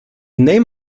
name